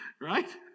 Right